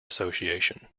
association